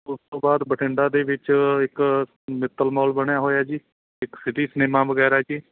ਉਸ ਤੋਂ ਬਾਅਦ ਬਠਿੰਡਾ ਦੇ ਵਿੱਚ ਇੱਕ ਮਿੱਤਲ ਮੌਲ ਬਣਿਆ ਹੋਇਆ ਜੀ ਇੱਕ ਸਿਟੀ ਸਿਨੇਮਾ ਵਗੈਰਾ ਜੀ